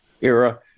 era